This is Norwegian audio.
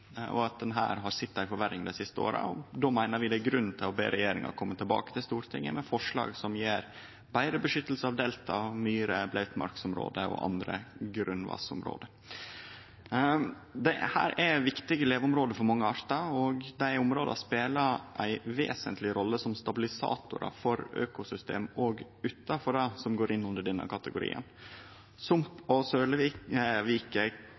og ein har sett ei forverring dei siste åra. Då meiner vi at det er grunn til å be regjeringa kome tilbake til Stortinget med forslag som gjev betre vern av delta, myrer, våtmarksområde og andre grunnvassområde. Dette er viktige leveområde for mange artar, og områda spelar ei vesentleg rolle som stabilisatorar for økosystem òg utanfor det som går inn under denne kategorien.